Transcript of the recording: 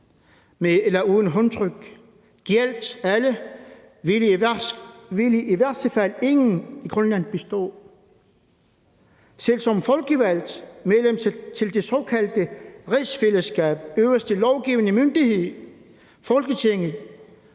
med eller uden håndtryk, gjaldt alle, ville i værste fald ingen i Grønland bestå. Føler jeg mig som folkevalgt medlem af det såkaldte rigsfællesskabs øverste lovgivende myndighed, Folketinget,